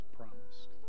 promised